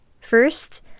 First